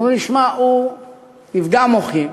אמרו לי: שמע, הוא נפגע מוחי.